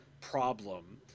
problem